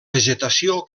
vegetació